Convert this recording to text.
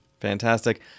Fantastic